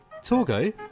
Torgo